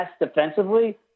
defensively